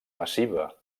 massiva